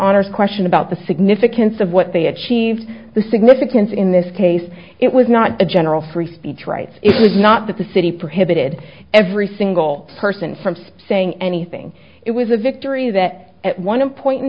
honor's question about the significance of what they achieved the significance in this case it was not a general free speech rights it was not that the city perhaps did every single person from saying anything it was a victory that at one point in